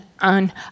on